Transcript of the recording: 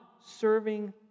serving